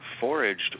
foraged